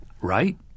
Right